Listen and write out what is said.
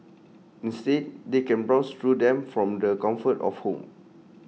instead they can browse through them from the comfort of home